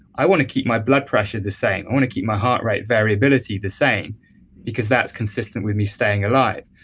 i want keep my blood pressure the same, i want to keep my heart rate variability the same because that's consistent with me staying alive.